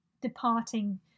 departing